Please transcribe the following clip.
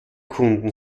kunden